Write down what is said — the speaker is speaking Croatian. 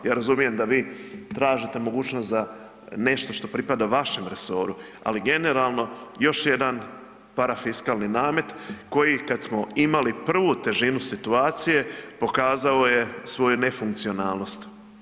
Ja razumijem da vi tražite mogućnost za nešto što pripada vašem resoru, ali generalno, još jedan parafiskalni namet koji kad smo imali prvu težinu situacije, pokazao je svoju nefunkcionalnost.